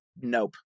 nope